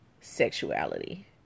sexuality